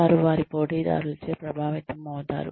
వారు వారి పోటీదారులచే ప్రభావితమవుతారు